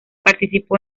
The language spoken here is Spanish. participó